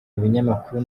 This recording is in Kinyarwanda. binyamakuru